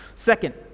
Second